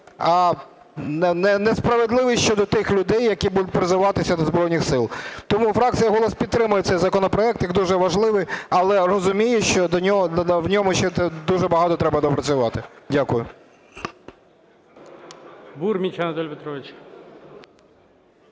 Бурміч Анатолій Петрович.